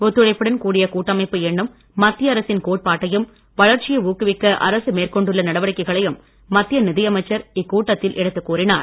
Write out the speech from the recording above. ஒத்துழைப்புடன் கூடிய கூட்டமைப்பு என்னும் மத்திய அரசின் கோட்பாட்டையும் வளர்ச்சியை ஊக்குவிக்க அரசு மேற்கொண்டுள்ள நடவடிக்கைகளையும் மத்திய நிதியமைச்சர் இக்கூட்டத்தில் எடுத்துக் கூறினார்